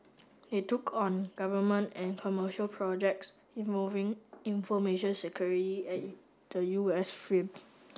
they took on government and commercial projects involving information security at the U S film